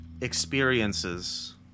experiences